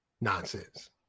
Nonsense